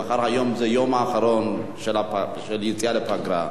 ומאחר שהיום הוא האחרון לפני היציאה לפגרה,